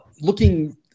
looking